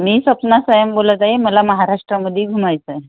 मी स्वप्ना साहेम बोलत आहे मला महाराष्ट्रामध्ये घुमायचं आहे